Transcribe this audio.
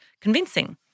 convincing